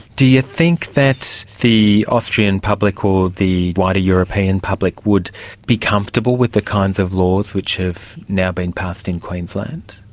do you think that the austrian public or the wider european public would be comfortable with the kinds of laws which have now been passed in queensland?